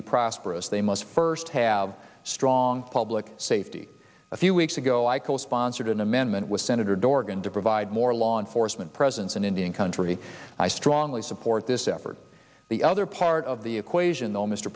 be prosperous they must first have strong public safety a few weeks ago i co sponsored an amendment with senator dorgan to provide more law enforcement presence in indian country i strongly support this effort the other part of the equation th